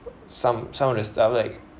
some some of the stuff like